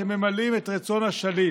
שממלאים את רצון השליט,